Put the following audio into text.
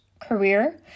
career